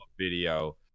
video